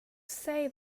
say